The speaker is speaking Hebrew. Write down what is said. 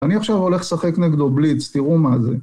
אני עכשיו הולך לשחק נגדו בליץ, תראו מה זה.